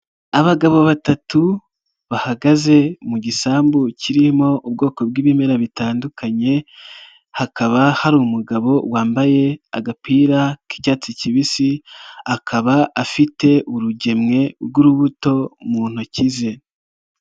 Abagabo batatu bahagaze mu gisambu kirimo ubwoko bw'ibimera bitandukanye, hakaba hari umugabo wambaye agapira k'icyatsi kibisi, akaba afite urugemwe rw'urubuto mu ntoki ze.